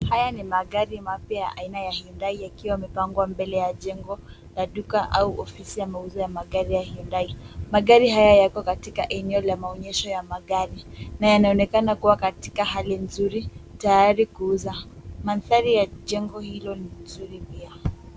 Haya ni magari mapya aina ya Hyundai, yakiwa yamepangwa mbele ya jengo la duka au ofisi ya mauzo ya magari ya Hyundai. Magari haya yako katika eneo la maonyesho ya magari na yanaonekana kuwa katika hali nzuri, tayari kuuzwa. Mandhari ya jengo hilo ni mzuri pia.